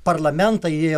parlamentą į